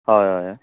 होय होय